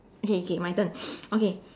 okay okay my turn okay